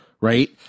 right